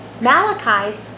Malachi